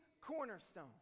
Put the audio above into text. cornerstone